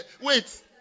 wait